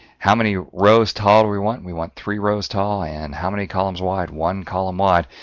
how many rows tall we want, we want three rows tall, and how many columns wide, one column wide.